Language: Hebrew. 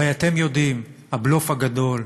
הרי אתם יודעים, הבלוף הגדול,